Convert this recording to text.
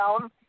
down